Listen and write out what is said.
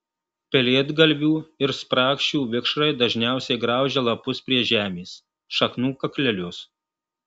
pelėdgalvių ir sprakšių vikšrai dažniausiai graužia lapus prie žemės šaknų kaklelius